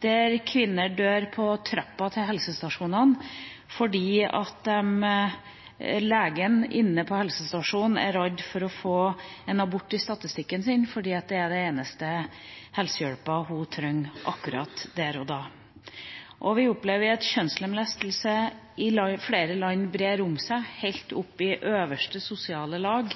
der kvinner dør på trappa til helsestasjonen fordi legen inne på helsestasjonen er redd for å få en abort i statistikken sin, og det er den eneste helsehjelpen kvinnen trenger akkurat der og da. Vi opplever at kjønnslemlestelse i flere land brer seg, helt opp i øverste sosiale lag,